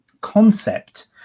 concept